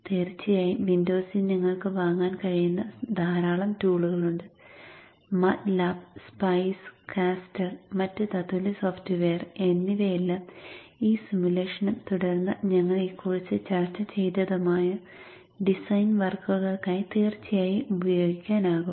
തീർച്ചയായും വിൻഡോസിൽ നിങ്ങൾക്ക് വാങ്ങാൻ കഴിയുന്ന ധാരാളം ടൂളുകൾ ഉണ്ട് മാറ്റ്ലാബ് സ്പൈസ് കാസ്റ്റർ മറ്റ് തത്തുല്യ സോഫ്റ്റ്വെയറുകൾ എന്നിവയെല്ലാം ഈ സിമുലേഷനും തുടർന്ന് ഞങ്ങൾ ഈ കോഴ്സിൽ ചർച്ച ചെയ്തതുമായ ഡിസൈൻ വർക്കുകൾക്കായി തീർച്ചയായും ഉപയോഗിക്കാനാകും